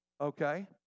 Okay